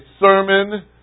sermon